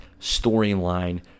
storyline